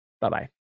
Bye-bye